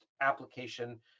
application